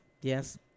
Yes